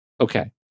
Okay